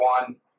one